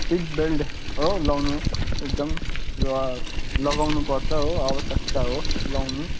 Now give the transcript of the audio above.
seat belt हो लाउनु एकदम लगाउनु पर्छ हो आवश्यकता हो लाउनु